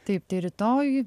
taip tai rytoj